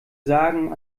sagen